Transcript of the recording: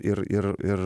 ir ir ir